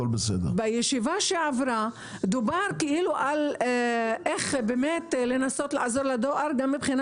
בישיבה שעברה דובר על כך שינסו לעזור לדואר מבחינה